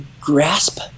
grasp